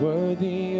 Worthy